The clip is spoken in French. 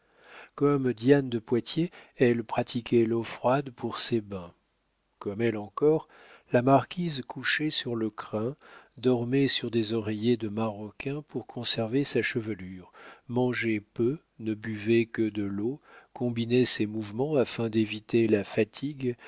comme diane de poitiers elle pratiquait l'eau froide pour ses bains comme elle encore la marquise couchait sur le crin dormait sur des oreillers de maroquin pour conserver sa chevelure mangeait peu ne buvait que de l'eau combinait ses mouvements afin d'éviter la fatigue